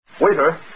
Waiter